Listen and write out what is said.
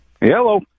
Hello